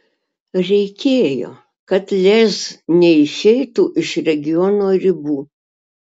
reikėjo kad lez neišeitų iš regiono ribų